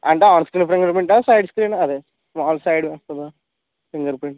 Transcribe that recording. అంటే on screen finger ప్రింటా side screen అదే మామూలు సైడ్ ఉంటుందా ఫింగర్ ప్రింట్